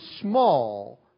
small